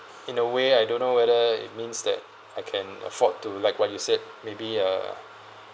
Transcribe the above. in a way I don't know whether it means that I can afford to like what you said maybe uh